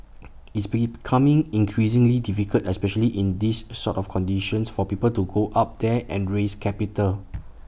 it's becoming increasingly difficult especially in these sort of conditions for people to go up there and raise capital